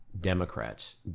Democrats